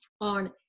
on